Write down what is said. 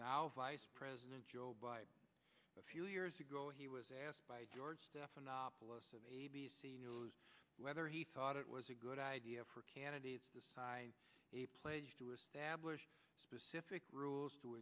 now vice president joe biden a few years ago he was asked by george stephanopoulos of a b c whether he thought it was a good idea for candidates to sign a pledge to establish specific rules to